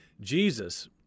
Jesus